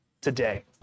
today